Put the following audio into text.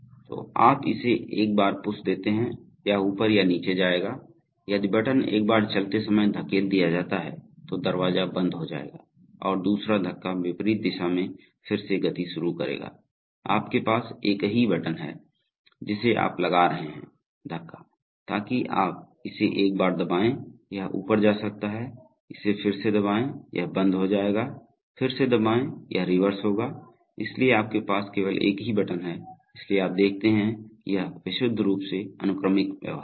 तो आप इसे एक बार पुश देते हैं यह ऊपर या नीचे जाएगा यदि बटन एक बार चलते समय धकेल दिया जाता है तो दरवाजा बंद हो जाएगा और दूसरा धक्का विपरीत दिशा में फिर से गति शुरू करेगा आपके पास एक ही बटन है जिसे आप लगा रहे हैं धक्का ताकि आप इसे एक बार दबाएं यह ऊपर जा सकता है इसे फिर से दबाएं यह बंद हो जाएगा फिर से दबाएं यह रिवर्स होगा इसलिए आपके पास केवल एक ही बटन है इसलिए आप देखते हैं कि यह विशुद्ध रूप से अनुक्रमिक व्यवहार है